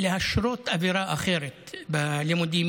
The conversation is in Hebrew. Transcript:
ולהשרות אווירה אחרת בלימודים.